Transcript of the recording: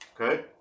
okay